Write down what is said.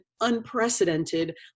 unprecedented